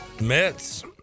Mets